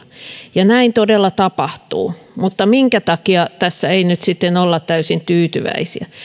ja näin todella tapahtuu mutta minkä takia tässä ei nyt sitten olla täysin tyytyväisiä